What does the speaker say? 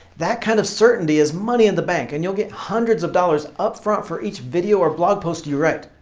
that kind of certainty is money in the bank and you'll get hundreds of dollars upfront for each video or blog post you write.